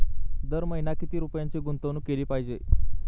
दर महिना किती रुपयांची गुंतवणूक केली पाहिजे?